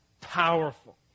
powerful